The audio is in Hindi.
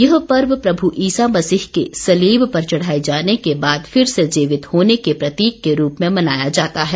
यह पर्व प्रभू ईसा मसीह के सलीब पर चढ़ाए जाने के बाद फिर से जीवित होने के प्रतीक के रूप में मनाया जाता है